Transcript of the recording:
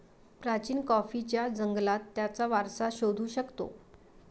प्राचीन कॉफीच्या जंगलात त्याचा वारसा शोधू शकतो